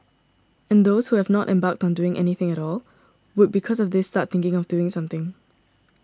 and those who have not embarked on doing anything at all would because of this start thinking of doing something